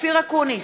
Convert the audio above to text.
אופיר אקוניס,